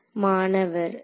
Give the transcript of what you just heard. மாணவர் 0